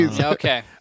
Okay